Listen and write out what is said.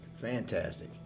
Fantastic